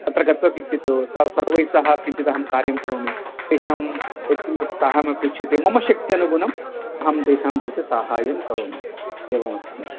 तत्र गत्वा किञ्चित् सर्वैः सह किञ्चिदहं कार्यं करोमि तेषां यत्किमपि साहायमपेक्षते मम शक्त्यनुगुणम् अहं तेषां कृते साहायं करोमि एवं